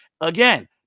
Again